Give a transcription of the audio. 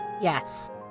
Yes